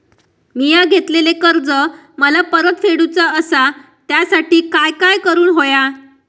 मिया घेतलेले कर्ज मला परत फेडूचा असा त्यासाठी काय काय करून होया?